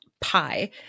pie